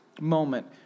moment